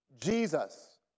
Jesus